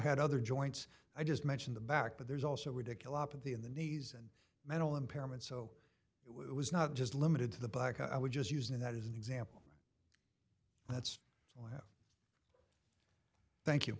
had other joints i just mentioned the back but there is also ridiculous of the in the knees and mental impairment so it was not just limited to the back i would just used that is an example that's thank you